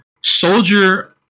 soldier